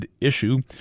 issue